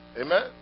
Amen